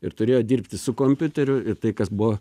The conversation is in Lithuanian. ir turėjo dirbti su kompiuteriu ir tai kas buvo